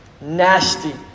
nasty